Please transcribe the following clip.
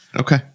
Okay